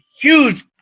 huge